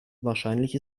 wahrscheinlich